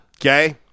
Okay